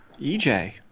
EJ